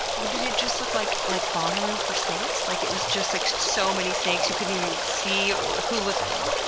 but did it just look like, like bonnaroo for snakes? like, it was just like so many snakes you couldn't even see who was yeah